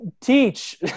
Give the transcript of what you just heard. teach